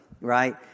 right